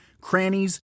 crannies